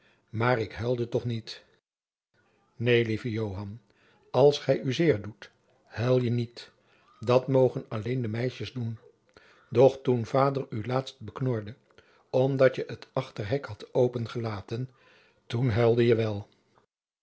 maar ik huilde toch niet neen lieve joan als gij u zeer doet huil je jacob van lennep de pleegzoon niet dat mogen alleen de meisjes doen doch toen vader u laatst beknorde omdat je het achterhek hadt opengelaten toen huilde je wel